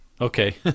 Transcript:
Okay